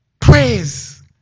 Praise